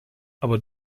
aber